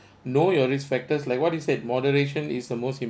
know your risk factors like what it said moderation is the most